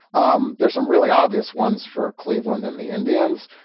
um there's some really obvious ones for cleveland and the indians.